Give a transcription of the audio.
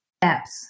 steps